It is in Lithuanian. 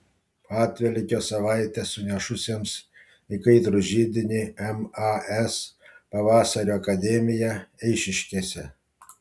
atvelykio savaitę sunešusiems į kaitrų židinį mas pavasario akademiją eišiškėse